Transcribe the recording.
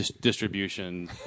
distribution